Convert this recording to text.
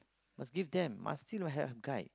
must skip them must you know have have guide